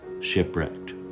shipwrecked